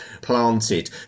planted